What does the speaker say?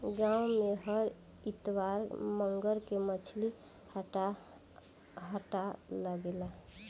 गाँव में हर इतवार मंगर के मछली हट्टा लागेला